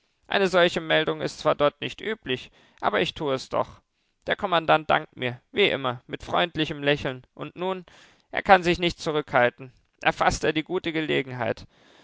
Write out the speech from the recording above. eine solche meldung ist zwar dort nicht üblich aber ich tue es doch der kommandant dankt mir wie immer mit freundlichem lächeln und nun er kann sich nicht zurückhalten erfaßt er die gute gelegenheit